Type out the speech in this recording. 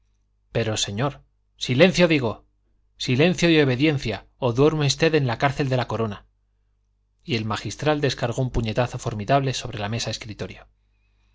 pero señor silencio digo silencio y obediencia o duerme usted en la cárcel de la corona y el magistral descargó un puñetazo formidable sobre la